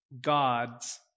God's